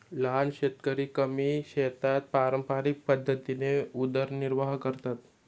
लहान शेतकरी कमी शेतात पारंपरिक पद्धतीने उदरनिर्वाह करतात